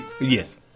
Yes